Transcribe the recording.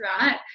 right